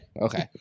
Okay